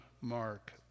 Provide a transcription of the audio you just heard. Mark